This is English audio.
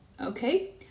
Okay